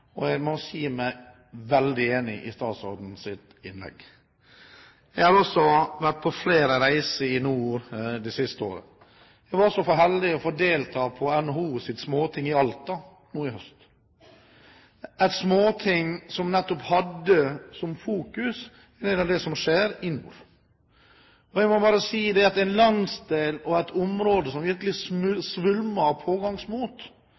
Jeg må si meg veldig enig i det. Jeg har vært på flere reiser i nord det siste året. Jeg var også så heldig å få delta på NHOs Småting i Alta nå i høst, et småting som nettopp hadde fokus på det som skjer i nord. Jeg må bare si at dette er en landsdel og et område som virkelig svulmer av pågangsmot